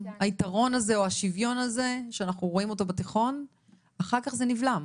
היתרון הזה או השוויון הזה שאנחנו רואים אותו בתיכון אחר כך זה נבלם.